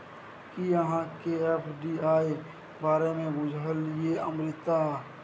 कि अहाँकेँ एफ.डी.आई बारे मे बुझल यै अमृता?